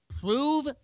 prove